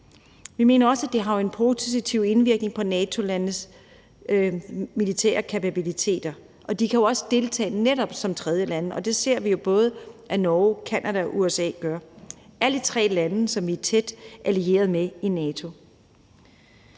Vi mener også, at det har en positiv indvirkning på NATO-landenes militære kapabiliteter. Og de kan jo netop også deltage som tredjelande, og det ser vi, at både Norge, Canada og USA gør. Det er alle tre lande, som vi er tæt allieret med i NATO.